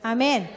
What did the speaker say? Amen